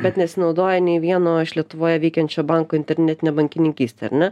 bet nesinaudoja nei vieno iš lietuvoje veikiančio banko internetine bankininkyste ar ne